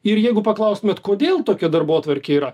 ir jeigu paklaustumėt kodėl tokia darbotvarkė yra